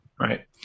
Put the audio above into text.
right